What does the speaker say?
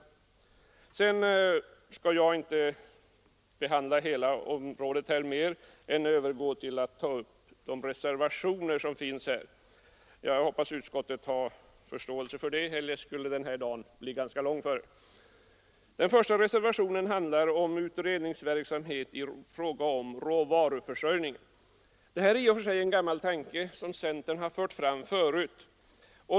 Jag skall inte uppehålla mig längre vid alla de frågor som hör hemma på det här området, utan övergår till att kommentera de reservationer som föreligger. Jag hoppas att kammaren har förståelse för det — eljest skulle ju den här dagen bli ganska lång. Reservationen 1 handlar om utredningsverksamhet i fråga om råvaruförsörjningen. Det är i och för sig en gammal tanke som centern har fört fram förut.